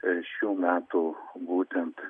ir šių metų būtent